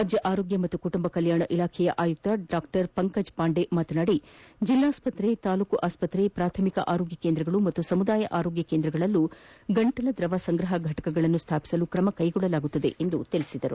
ರಾಜ್ಞ ಆರೊಗ್ಯ ಮತ್ತು ಕುಟುಂಬ ಕಲ್ಯಾಣ ಇಲಾಖೆ ಆಯುಕ್ತ ಡಾ ಪಂಕಜ್ ಪಾಂಡೆ ಮಾತನಾಡಿ ಜಿಲ್ಲಾ ಆಸ್ಪತ್ರೆ ತಾಲ್ಲೂಕು ಆಸ್ಪತ್ರೆ ಪ್ರಾಥಮಿಕ ಆರೋಗ್ಯ ಕೇಂದ್ರಗಳು ಹಾಗೂ ಸಮುದಾಯ ಆರೋಗ್ಯ ಕೇಂದ್ರಗಳಲ್ಲೂ ಗಂಟಲು ದ್ರವ ಸಂಗ್ರಹ ಘಟಕಗಳನ್ನು ಸ್ಥಾಪಸಲು ಕ್ರಮ ಕೈಗೊಳ್ಳಲಾಗುವುದು ಎಂದು ಹೇಳಿದರು